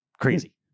crazy